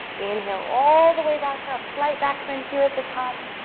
inhale, all the way back up, slight back bend here at the top.